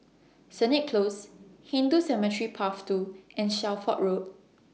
Sennett Close Hindu Cemetery Path two and Shelford Road